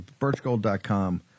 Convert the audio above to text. Birchgold.com